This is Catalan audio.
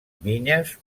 vinyes